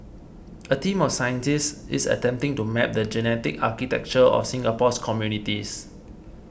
a team of scientists is attempting to map the genetic architecture of Singapore's communities